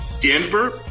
Denver